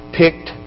picked